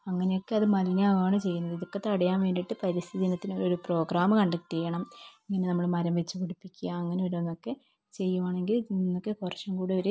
അങ്ങനെയൊക്കെ അത് മലിനമാവുകയാണ് ചെയ്യുന്നത് അതൊക്കെ തടയാൻ വേണ്ടിയിട്ട് പരിസ്ഥിതി ദിനത്തിന് ഒരു പ്രോഗ്രാം കണ്ടക്ട് ചെയ്യണം ഇങ്ങനെ നമ്മൾ മരം വെച്ച് പിടിപ്പിക്കുക അങ്ങനെ ഓരോന്നൊക്കെ ചെയ്യുകയാണെങ്കിൽ ഇതിൽ നിന്നൊക്കെ കുറച്ചും കൂടി ഒരു